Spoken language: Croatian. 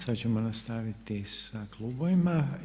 Sad ćemo nastaviti sa klubovima.